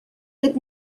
that